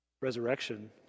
resurrection